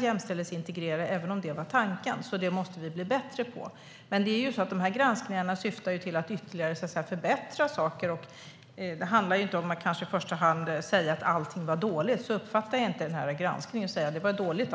jämställdhetsintegrera mer, även om det var tanken. Det måste vi bli bättre på. Riksrevisionens granskningar syftar ju till att ytterligare förbättra saker. Det handlar inte i första hand om att allting som vi gjorde för 2,6 miljarder var dåligt.